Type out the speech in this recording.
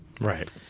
Right